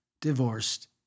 divorced